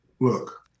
look